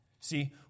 See